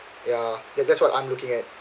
ya ya that's what I'm looking at